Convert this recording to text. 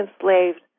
enslaved